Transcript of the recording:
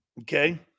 Okay